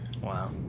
Wow